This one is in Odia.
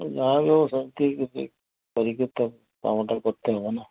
ଯାହାବି ହଉ କାମଟା କରିଦେଲେ ହେବ ନା